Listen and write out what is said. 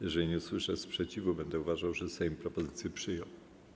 Jeżeli nie usłyszę sprzeciwu, będę uważał, że Sejm propozycję przyjął.